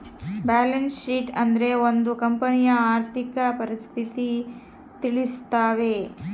balance sheet ಅಂದ್ರೆ ಒಂದ್ ಕಂಪನಿಯ ಆರ್ಥಿಕ ಪರಿಸ್ಥಿತಿ ತಿಳಿಸ್ತವೆ